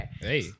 hey